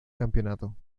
campeonato